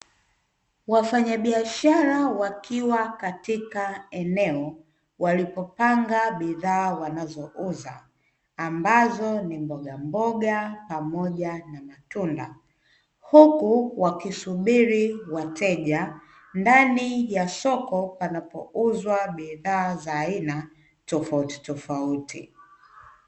Wafanyabiashara wakiwa katika eneo walipopanga bidhaa wanazouza ambazo ni mbogamboga pamoja na matunda;; huku wakisubiri wateja ndani ya soko panapouzwa bidhaa za aina tofautitofauti.